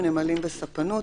נמלים וספנות,